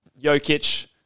Jokic